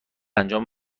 انجام